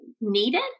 needed